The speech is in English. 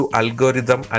algorithm